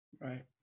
Right